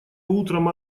утром